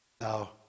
Now